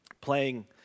playing